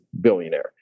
billionaire